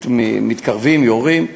מתקרבים, יורים.